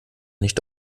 nicht